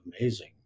amazing